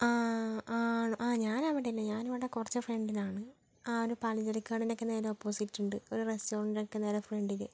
ആണ് ഞാന് അവിടല്ല ഞാനിവിടെ കുറച്ച് ഫ്രണ്ടിലാണ് ഒരു പലചരക്ക് കടന്റെയൊക്കെ നേരെ ഒപ്പോസിറ്റുണ്ട് ഒരു റെസ്റ്റോറന്റിന്റെക്കെ നേരെ ഫ്രണ്ടില്